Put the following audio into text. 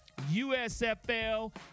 USFL